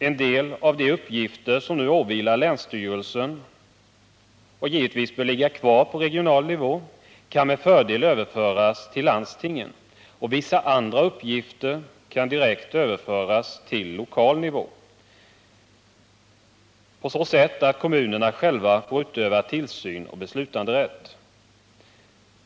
En del av de uppgifter som nu åvilar länsstyrelsen och som givetvis bör ligga kvar på regional nivå kan med fördel överföras till landstingen och vissa andra uppgifter kan direkt överföras till lokal nivå på så sätt att kommunerna själva får utöva tillsyn och beslutanderätt.